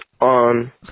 on